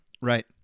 Right